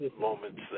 moments